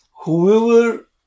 whoever